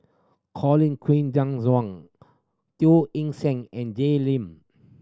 Colin Queen Zhe Teo Eng Seng and Jay Lim